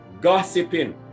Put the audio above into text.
gossiping